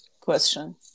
question